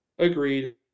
Agreed